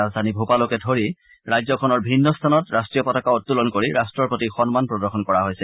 ৰাজধানী ভূপালকে ধৰি ৰাজ্যখনৰ ভিন্ন স্থানত ৰাষ্ট্ৰীয় পতাকা উত্তোলন কৰি ৰাষ্টৰ প্ৰতি সন্মান প্ৰদৰ্শন কৰা হৈছে